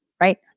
right